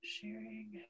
Sharing